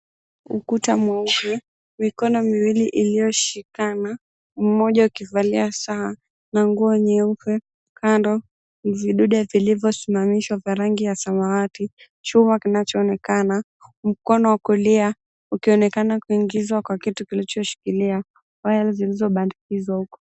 Ukuta mweupe, mikono miwili iliyoshikana mmoja ukivalia saa na nguo nyeupe. Kando, vijidude vilivyosimamishwa vya rangi ya samawati. Chuma kinachoonekana, mkono wa kulia, ukionekana kuingizwa kwa kitu kilichoshikilia, waya zilizobandikizwa huko.